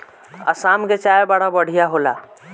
आसाम के चाय बड़ा बढ़िया होला